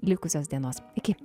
likusios dienos iki